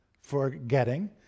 forgetting